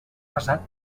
basat